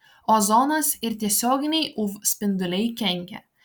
ozonas ir tiesioginiai uv spinduliai kenkia